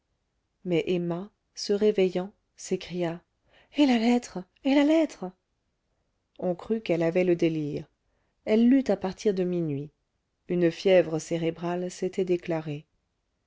mais emma se réveillant s'écria et la lettre et la lettre on crut qu'elle avait le délire elle l'eut à partir de minuit une fièvre cérébrale s'était déclarée